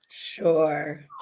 Sure